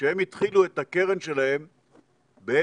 כשהם התחילו את הקרן שלהם ב-1990,